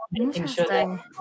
interesting